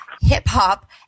hip-hop –